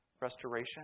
restoration